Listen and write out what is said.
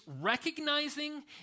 recognizing